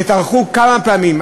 וטרחו כמה פעמים,